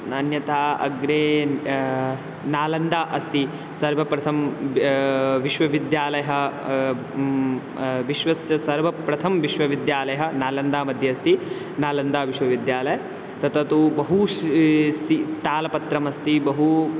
नान्यथा अग्रे नालन्दा अस्ति सर्वप्रथमः विश्वविद्यालयः विश्वस्य सर्वप्रथमः विश्वविद्यालयः नालन्दामध्ये अस्ति नालन्दा विश्वविद्यालयः तत्र तु बहु शी सि तालपत्रमस्ति बहु